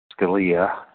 Scalia